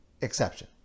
exception